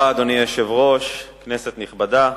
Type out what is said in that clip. אדוני היושב-ראש, תודה רבה, כנסת נכבדה,